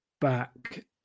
back